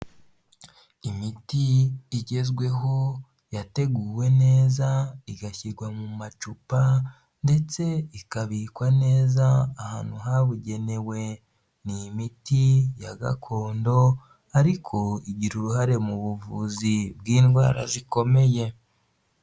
Imiti igezweho yateguwe neza igashyirwa mu macupa ndetse ikabikwa neza ahantu habugenewe, ni imiti ya gakondo ariko igira uruhare mu buvuzi bw'indwara zikomeye.